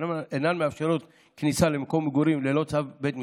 שאינן מאפשרות כניסה למקום מגורים ללא צו בית משפט,